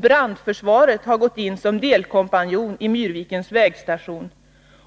Brandförsvaret har gått in som kompanjon i Myrvikens vägstation,